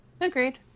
Agreed